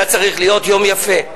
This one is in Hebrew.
היה צריך להיות יום יפה.